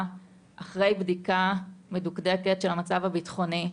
אחרי בדיקה מדוקדקת של המצב הביטחוני.